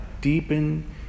deepen